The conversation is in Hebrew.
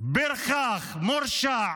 פרחח, מורשע,